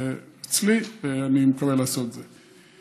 זה אצלי, ואני מתכוון לעשות את זה.